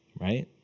Right